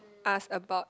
ask about